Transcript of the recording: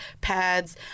pads